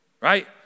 Right